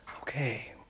Okay